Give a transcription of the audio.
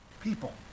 people